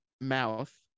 mouth